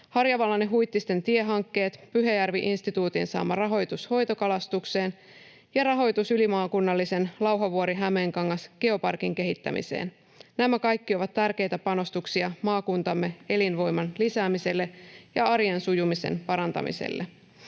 Harjavallan ja Huittisten tiehankkeet, Pyhäjärvi-instituutin saama rahoitus hoitokalastukseen ja rahoitus ylimaakunnallisen Lauhanvuori—Hämeenkangas Geoparkin kehittämiseen — nämä kaikki ovat tärkeitä panostuksia maakuntamme elinvoiman lisäämiseksi ja arjen sujumisen parantamiseksi.